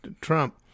Trump